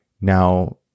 now